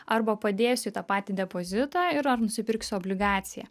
arba padėsiu į tą patį depozitą ir ar nusipirksiu obligaciją